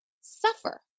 suffer